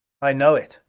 i know it,